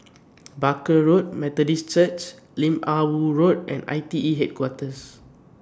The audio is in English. Barker Road Methodist Church Lim Ah Woo Road and I T E Headquarters